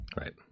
Right